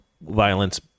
violence